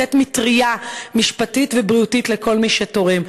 ולתת מטרייה משפטית ובריאותית לכל מי שתורם.